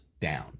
down